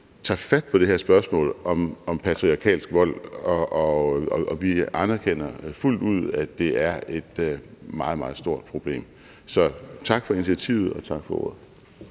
tager fat på det her spørgsmål om patriarkalsk vold, og vi anerkender fuldt ud, at det er et meget, meget stort problem. Så tak for initiativet. Og tak for ordet.